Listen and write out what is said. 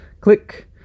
Click